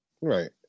Right